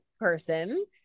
person